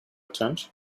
tent